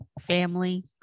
family